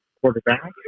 quarterback